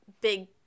big